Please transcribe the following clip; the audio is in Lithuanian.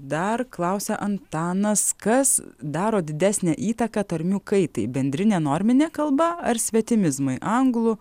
dar klausia antanas kas daro didesnę įtaką tarmių kaitai bendrinė norminė kalba ar svetimizmai anglų